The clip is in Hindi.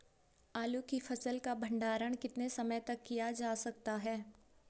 आलू की फसल का भंडारण कितने समय तक किया जा सकता है?